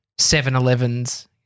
7-Eleven's